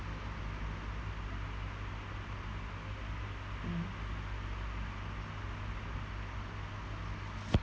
mm